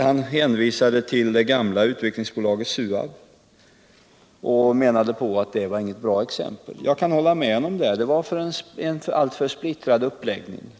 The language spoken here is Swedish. Han hänvisade till det gamla utvecklingsbolaget SUAB och menade att det inte var något bra exempel, och jag kan hålla med honom om det. Uppläggningen var alltför splittrad,